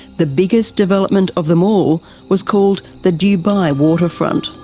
the biggest development of them all was called the dubai waterfront.